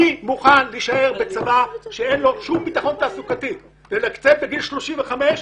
מי מוכן להישאר בצבא שאין בו שום ביטחון תעסוקתי ולצאת בגיל 35?